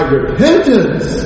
repentance